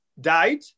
died